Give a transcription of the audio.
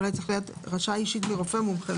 אולי צריך להיות, הרשאה אישית מרופא מומחה.